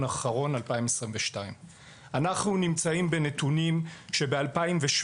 אחרון 2022. אנחנו נמצאים בנתונים שב-2017,